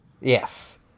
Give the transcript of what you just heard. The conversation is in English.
Yes